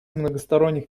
многосторонних